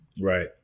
Right